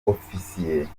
ofisiye